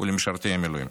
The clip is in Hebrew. ומשרתי המילואים.